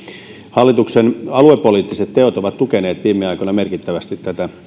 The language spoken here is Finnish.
hallituksen aluepoliittiset teot ovat tukeneet viime aikoina merkittävästi tätä